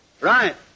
Right